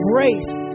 Grace